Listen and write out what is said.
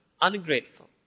Ungrateful